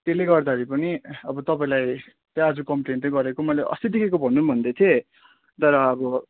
त्यसले गर्दाखेरि पनि अब तपाईँलाई चाहिँ आज कमप्लेन त गरेको मैले अस्तिदेखिको भनौँ भन्दै थिएँ तर अब